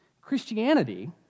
Christianity